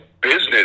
business